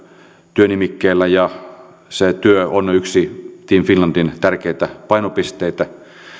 työnimikkeellä ja se työ on yksi team finlandin tärkeitä painopisteitä